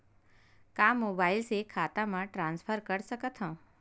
का मोबाइल से खाता म ट्रान्सफर कर सकथव?